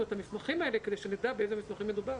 את המסמכים האלה כדי שנדע באיזה מסמכים מדובר.